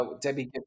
Debbie